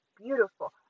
beautiful